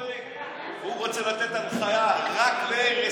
הוא רוצה לתת הנחיה רק לאלה.